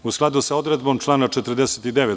U skladu sa odredbom člana 49.